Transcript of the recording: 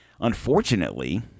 Unfortunately